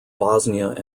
bosnia